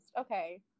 Okay